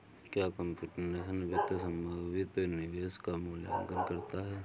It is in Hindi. क्या कंप्यूटेशनल वित्त संभावित निवेश का मूल्यांकन करता है?